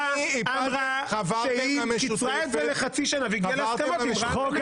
אמרה שהיא קיצרה את זה לחצי שנה והגיעה להסכמות עם רע"מ.